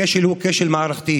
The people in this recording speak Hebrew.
הכשל הוא כשל מערכתי